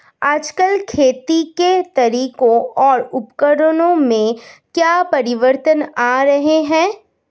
आजकल खेती के तरीकों और उपकरणों में क्या परिवर्तन आ रहें हैं?